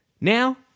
Now